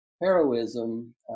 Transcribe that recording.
heroism